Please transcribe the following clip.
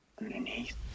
underneath